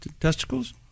testicles